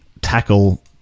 tackle